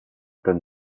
been